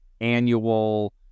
annual